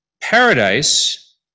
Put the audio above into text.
paradise